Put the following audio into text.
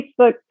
Facebook